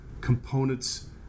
components